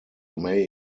may